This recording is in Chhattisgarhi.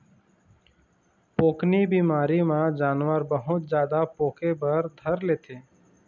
पोकनी बिमारी म जानवर बहुत जादा पोके बर धर लेथे